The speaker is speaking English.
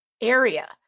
area